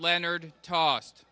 leonard tossed